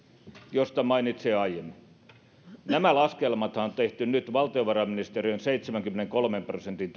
josta mainitsin aiemmin nämä laskelmathan on tehty nyt valtiovarainministeriön seitsemänkymmenenkolmen prosentin